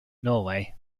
norway